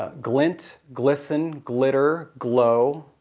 ah glint, glisten, glitter, glow.